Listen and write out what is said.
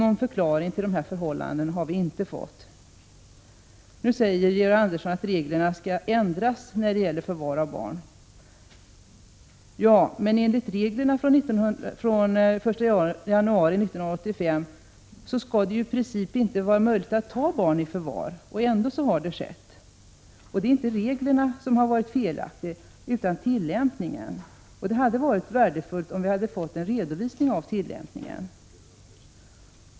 Någon förklaring till dessa förhållanden har vi inte fått. Nu säger Georg Andersson att reglerna skall ändras när det gäller förvar av barn. Ja, men enligt reglerna från den 1 januari 1985 skall det ju i princip inte vara möjligt att ta barn i förvar. Ändå har det skett. Det är inte reglerna som har varit felaktiga, utan tillämpningen av dem. Det hade varit värdefullt med en redovisning av tillämpningen.